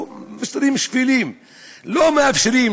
משטרים שפלים לא מאפשרים,